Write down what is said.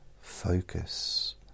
focus